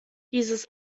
dieses